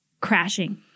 crashing